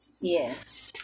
Yes